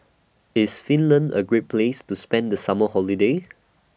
IS Finland A Great Place to spend The Summer Holiday